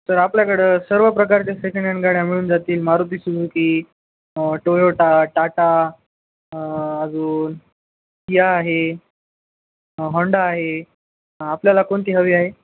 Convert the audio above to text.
sir आपल्याकडं सर्व प्रकारचे सेकंड हॅंड गाड्या मिळून जातील मारुती सुजुकी टोयोटा टाटा अजून किया आहे होंडा आहे आपल्याला कोणती हवी आहे